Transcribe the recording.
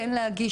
כן להגיש,